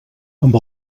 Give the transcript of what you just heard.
amb